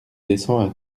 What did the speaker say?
descend